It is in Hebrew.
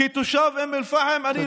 כתושב אום אל-פחם, תודה.